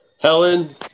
Helen